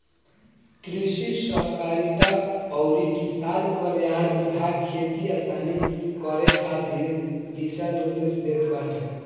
कृषि सहकारिता अउरी किसान कल्याण विभाग खेती किसानी करे खातिर दिशा निर्देश देत हवे